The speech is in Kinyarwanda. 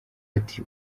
ati